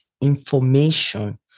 information